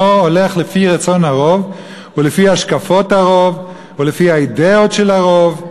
הולך לפי רצון הרוב ולפי השקפות הרוב ולפי האידיאות של הרוב.